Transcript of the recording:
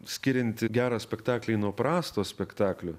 skirianti gerą spektaklį nuo prasto spektaklio